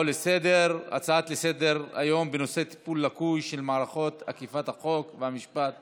הצעות לסדר-היום בנושא: טיפול לקוי של מערכות אכיפת החוק והמשפט